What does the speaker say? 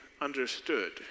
understood